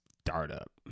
startup